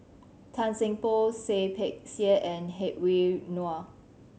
Tan Seng Poh Seah Peck Seah and Hedwig Anuar